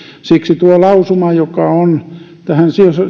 siksi tuo lausuma joka on tähän